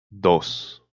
dos